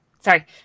Sorry